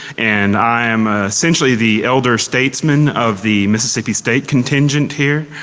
and i'm essentially the elder states man of the mississippi state contingent here,